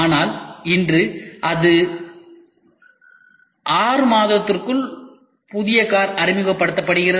ஆனால் இன்று அது அடுத்த 6 மாதங்களுக்குள் புதிய கார் அறிமுகப்படுத்தப்படுகிறது